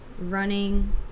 running